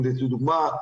לדוגמה,